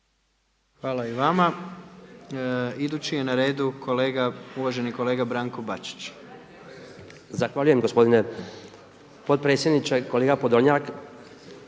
Hvala i vama. Idući je na redu uvaženi kolega Branko Bačić.